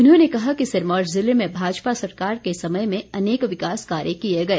उन्होंने कहा कि सिरमौर जिले में भाजपा सरकार के समय में अनेक विकास कार्य किए गए